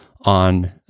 on